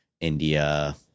India